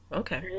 okay